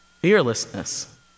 Fearlessness